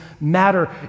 matter